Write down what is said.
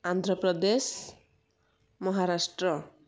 Andhra Pradesh Maharashtra